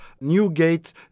Newgate